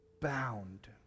bound